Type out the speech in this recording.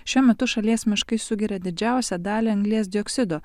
šiuo metu šalies miškai sugeria didžiausią dalį anglies dioksido